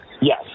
Yes